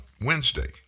Wednesday